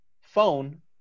Phone